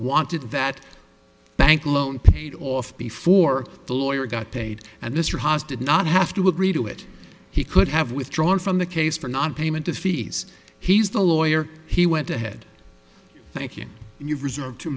wanted that bank loan paid off before the lawyer got paid and mr haas did not have to agree to it he could have withdrawn from the case for nonpayment of fees he's the lawyer he went ahead thanking you reserved two